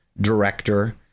director